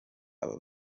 aba